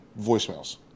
voicemails